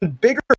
bigger